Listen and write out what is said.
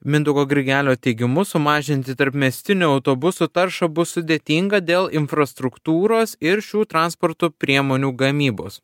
mindaugo grigelio teigimu sumažinti tarpmiestinių autobusų taršą bus sudėtinga dėl infrastruktūros ir šių transporto priemonių gamybos